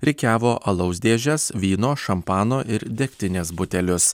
rikiavo alaus dėžes vyno šampano ir degtinės butelius